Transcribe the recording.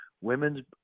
women's